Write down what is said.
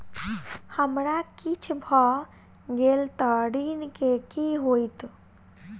हमरा किछ भऽ गेल तऽ ऋण केँ की होइत?